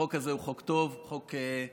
החוק הזה הוא חוק טוב וחוק חשוב,